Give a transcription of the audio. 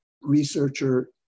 researcher